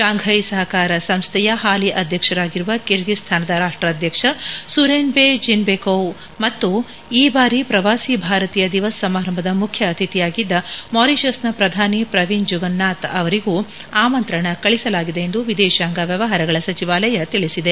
Shanghai ಸಹಕಾರ ಸಂಸ್ದೆಯ ಹಾಲಿ ಅಧ್ಯಕ್ಷರಾಗಿರುವ ಕಿರ್ಗಿಸ್ಥಾನದ ರಾಷ್ಟ್ರಾಧ್ಯಕ್ಷ ಸೂರನ್ಬೆ ಜೀನ್ಬೆಕೋವ್ ಮತ್ತು ಈ ಬಾರಿ ಪ್ರವಾಸಿ ಭಾರತೀಯ ದಿವಸ್ ಸಮಾರಂಭದ ಮುಖ್ಯ ಅತಿಥಿಯಾಗಿದ್ದ ಮಾರಿಷಸ್ನ ಪ್ರಧಾನಿ ಪ್ರವಿಂದ್ ಜುಗನ್ನಾಥ್ ಅವರಿಗೂ ಆಮಂತ್ರಣ ಕಳಿಸಲಾಗಿದೆ ಎಂದು ವಿದೇಶಾಂಗ ವ್ಯವಹಾರಗಳ ಸಚಿವಾಲಯ ತಿಳಿಸಿದೆ